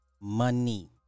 money